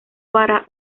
para